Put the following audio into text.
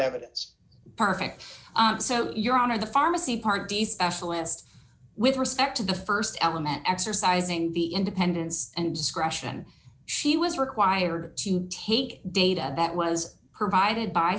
evidence perfect so your honor the pharmacy part d specialist with respect to the st element exercising the independence and discretion she was required to take data that was provided by